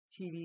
TV